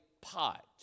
pot